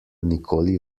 nikoli